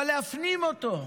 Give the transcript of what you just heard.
אבל להפנים אותו,